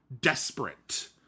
desperate